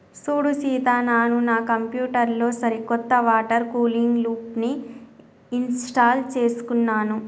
సూడు సీత నాను నా కంప్యూటర్ లో సరికొత్త వాటర్ కూలింగ్ లూప్ని ఇంస్టాల్ చేసుకున్నాను